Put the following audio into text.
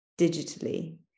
digitally